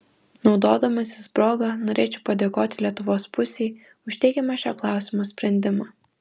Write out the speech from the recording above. naudodamasis proga norėčiau padėkoti lietuvos pusei už teigiamą šio klausimo sprendimą